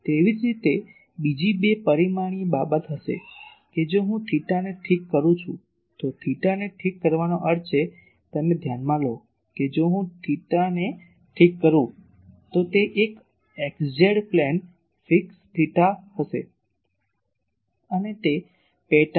તેવી જ રીતે બીજી બે પરિમાણીય બાબત હશે કે જો હું થેટાને ઠીક કરું છું તો થેટાને ઠીક કરવાનો અર્થ છે તમે ધ્યાનમાં લો કે જો હું થેટાને ઠીક કરું તો તે એક x z plane fix theta હશે અને તે પેટર્ન વર્તુળ જેવું કંઈક હશે